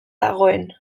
dagoen